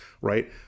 right